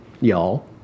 Y'all